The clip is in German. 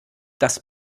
das